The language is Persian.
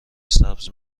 سبز